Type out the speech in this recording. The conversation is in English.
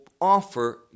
offer